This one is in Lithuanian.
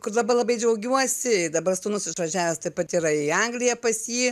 kur dabar labai džiaugiuosi ir dabar sūnus išvažiavęs taip pat į angliją pas jį